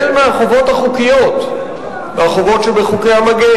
הואיל ואני גם מכירה את רעייתו ואשתו המקסימה,